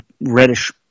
reddish